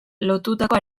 lotutako